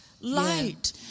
Light